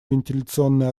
вентиляционные